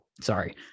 Sorry